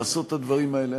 לעשות את הדברים האלה.